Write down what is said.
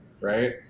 right